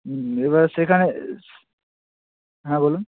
এবার সেখানে হ্যাঁ বলুন